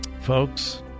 Folks